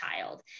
child